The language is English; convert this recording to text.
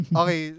okay